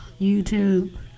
YouTube